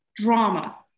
drama